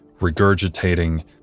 regurgitating